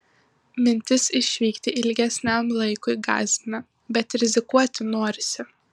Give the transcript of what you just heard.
mintis išvykti ilgesniam laikui gąsdina bet rizikuoti norisi